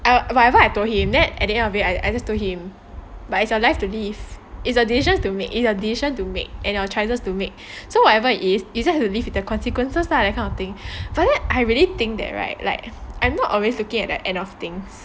I whatever I told him then at the end of the day I I just told him but it's your life to live it's your decisions to make it is your decision to make and your choices to make so whatever it is you just have to live with the consequences lah that kind of thing but then I really think that right like I not always looking at the end of things